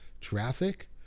traffic